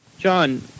John